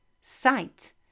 Sight